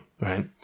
right